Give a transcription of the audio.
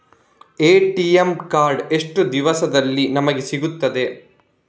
ATM card ಎಷ್ಟು ದಿವಸದಲ್ಲಿ ನಮಗೆ ಸಿಗುತ್ತದೆ?